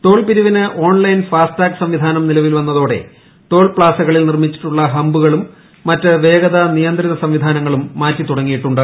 toll പിരിവിന് online FASTag സംവിധാനം നിലവിൽ വന്നതോടെ ടോൾ പ്താസകളിൽ നിർമ്മിച്ചിട്ടുള്ള ഹമ്പുകളും മറ്റ് വേഗത നിയന്ത്രിത സംവിധാനങ്ങളും മാറ്റി തുടങ്ങിയിട്ടുണ്ട്